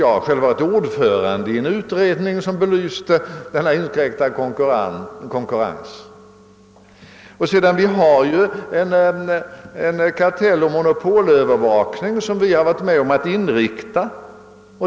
Jag har själv varit ordförande i en utredning som belyste denna inskränkta konkurrens i branschen. Det finns f. ö. en kartelloch monopolövervakning som vi har varit med om att inrätta.